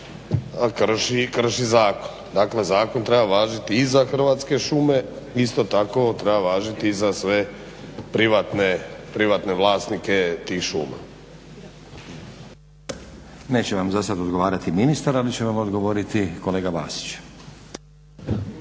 krši zakon. Dakle zakon treba važiti i za Hrvatske šume, isto tako treba važiti i za sve privatne vlasnike tih šuma. **Stazić, Nenad (SDP)** Neće vam zasad odgovarati ministar, ali će vam odgovoriti kolega Vasić.